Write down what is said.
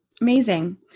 Amazing